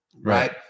Right